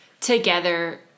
together